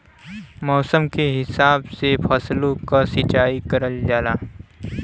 मौसम के हिसाब से फसलो क सिंचाई करल जाला